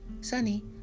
Sunny